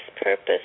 purpose